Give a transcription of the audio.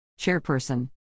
Chairperson